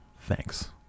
Thanks